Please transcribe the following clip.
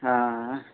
हां